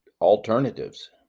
alternatives